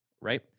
right